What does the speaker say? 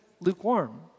lukewarm